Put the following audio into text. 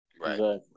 Right